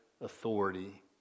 authority